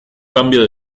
cambio